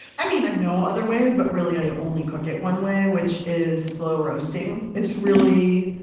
i mean, i know other ways, but really i ah only cook it one way which is slow roasting. it's really.